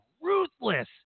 ruthless